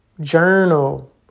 Journal